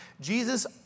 Jesus